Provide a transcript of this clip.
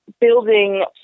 building